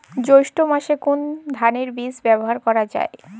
জৈষ্ঠ্য মাসে কোন ধানের বীজ ব্যবহার করা যায়?